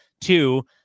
Two